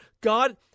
God